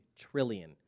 trillion